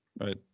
right